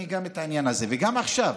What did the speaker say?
וגם עכשיו.